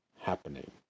happening